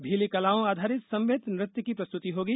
भीली कलाओं आधारित समवेत नृत्य की प्रस्तुती होगी